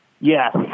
Yes